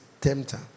tempter